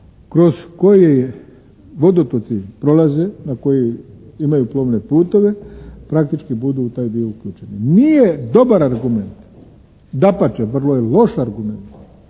kroz koji vodotoci prolaze, na koji imaju plovne putove praktički budu u taj dio uključeni. Nije dobar argument, dapače vrlo je loš argument